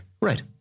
Right